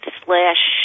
slash